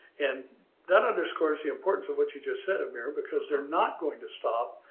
and that underscores the importance of what you just said amir, because they're not going to stop.